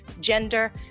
gender